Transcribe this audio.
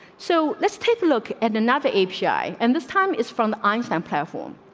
so let's take a look at another ape shy, and this time it's from einstein. perform.